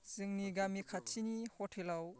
जोंनि गामि खाथिनि हटेलाव